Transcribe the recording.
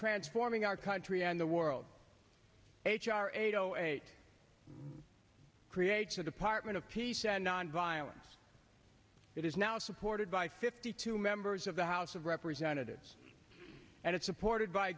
transforming our country and the world h r eight o eight creates the department of peace and nonviolence it is now supported by fifty two members of the house of representatives and it's supported by